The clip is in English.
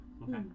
Okay